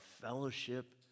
fellowship